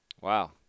Wow